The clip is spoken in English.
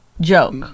joke